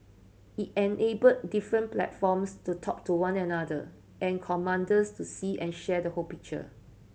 it enabled different platforms to talk to one another and commanders to see and share the whole picture